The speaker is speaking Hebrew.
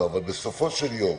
בסופו של יום,